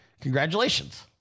Congratulations